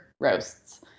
roasts